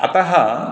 अतः